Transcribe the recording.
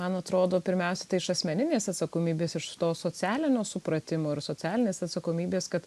man atrodo pirmiausia tai iš asmeninės atsakomybės iš to socialinio supratimo ir socialinės atsakomybės kad